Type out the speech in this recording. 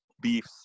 Beefs